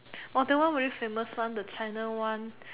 orh that one very famous one the China one